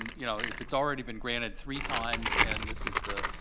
you know, if it's already been granted three times and this is the,